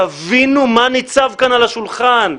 תבינו מה ניצב כאן על השולחן,